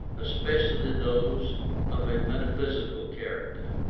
especially those of a metaphysical character.